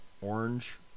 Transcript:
orange